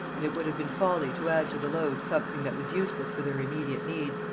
and it would have been folly to add to the load something that was useless for their immediate needs,